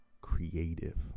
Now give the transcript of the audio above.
creative